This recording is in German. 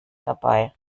dabei